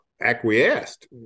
acquiesced